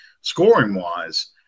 scoring-wise